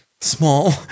small